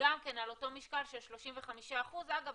גם כן על אותו משקל של 35%. אגב,